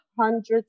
hundreds